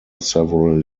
several